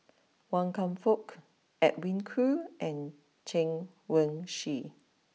Wan Kam Fook Edwin Koo and Chen Wen Hsi